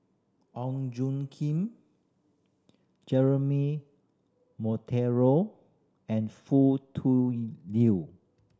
Ong Tjoe Kim Jeremy Monteiro and Foo Tui Liew